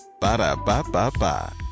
Ba-da-ba-ba-ba